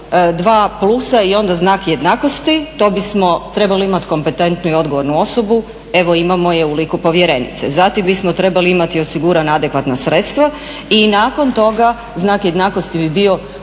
dva plusa i onda znak jednakosti to bismo trebali imati kompetentnu i odgovornu osobu. Evo imamo je u liku povjerenice. Zatim bismo trebali imati osigurana adekvatna sredstva i nakon toga znak jednakosti bi bio